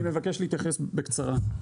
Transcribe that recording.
אדוני יושב הראש, אני מבקש להתייחס בקצרה.